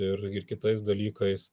ir ir kitais dalykais